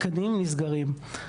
הגנים נסגרים,